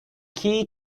key